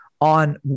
on